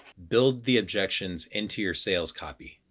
build the objections into your sales copy.